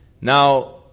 Now